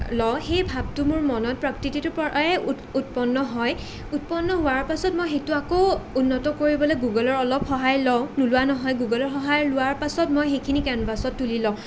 লওঁ সেই ভাবটো মোৰ মনত প্ৰকৃতিটোৰ পৰাই উৎপন্ন হয় উৎপন্ন হোৱাৰ পাছত মই সেইটো আকৌ উন্নত কৰিবলৈ গুগলৰ অলপ সহায় লওঁ নোলোৱা নহয় গুগলৰ সহায় লোৱাৰ পাছত মই সেইখিনিক কেনভাছত তুলি লওঁ